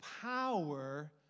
power